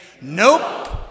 nope